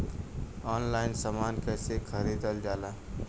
Online समान कैसे खरीदल जाला?